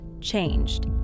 changed